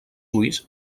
ulls